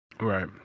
right